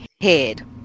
head